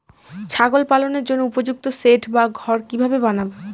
ছাগল পালনের জন্য উপযুক্ত সেড বা ঘর কিভাবে বানাবো?